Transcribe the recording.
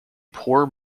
poor